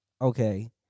okay